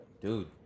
Dude